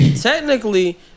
technically